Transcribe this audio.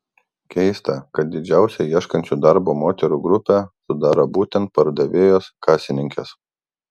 keista kad didžiausią ieškančių darbo moterų grupę sudaro būtent pardavėjos kasininkės